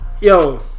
yo